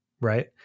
right